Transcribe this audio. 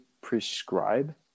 prescribe